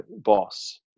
boss